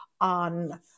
on